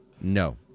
No